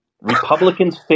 Republicans